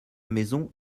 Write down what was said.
maison